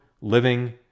living